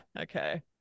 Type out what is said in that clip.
okay